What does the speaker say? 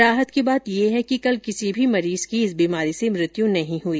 राहत की बात ये कि कल किसी भी मरीज की इस बीमारी से मृत्यू नहीं हुई